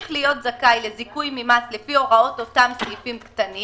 תושב של יישוב שהיה זכאי לזיכוי ממס בשנת 2019 לפי הוראות סעיפים קטנים